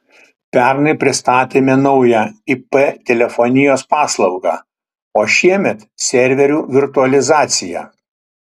pernai pristatėme naują ip telefonijos paslaugą o šiemet serverių virtualizaciją